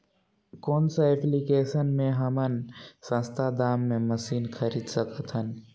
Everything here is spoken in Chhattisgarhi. कौन सा एप्लिकेशन मे हमन सस्ता दाम मे मशीन खरीद सकत हन?